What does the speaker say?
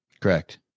Correct